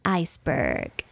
iceberg